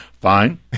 Fine